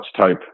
type